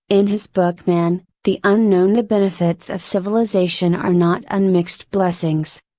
in his book man, the unknown the benefits of civilization are not unmixed blessings.